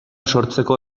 zabaltzeko